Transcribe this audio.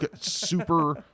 super